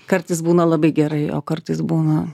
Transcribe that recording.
kartais būna labai gerai o kartais būna